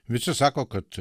visi sako kad